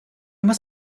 muss